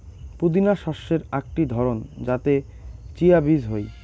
পুদিনা শস্যের আকটি ধরণ যাতে চিয়া বীজ হই